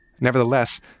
Nevertheless